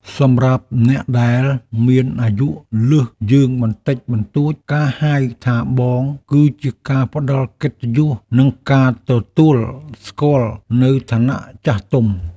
សម្រាប់អ្នកដែលមានអាយុលើសយើងបន្តិចបន្តួចការហៅថាបងគឺជាការផ្ដល់កិត្តិយសនិងការទទួលស្គាល់នូវឋានៈចាស់ទុំ។